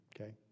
okay